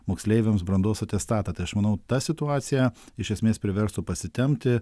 moksleiviams brandos atestatą tai aš manau ta situacija iš esmės priverstų pasitempti